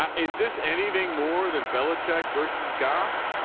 um is this anything more than belicheck versus golf?